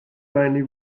mainly